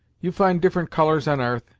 you find different colours on arth,